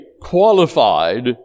qualified